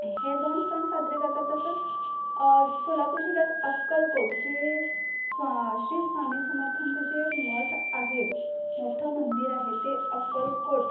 हे दोन सण साजरे करतात तसंच सोलापूर जिल्ह्यात अक्कलकोट जे स्वा श्री स्वामी समर्थांचा जे मठ आहे मोठं मंदिर आहे ते अक्कलकोट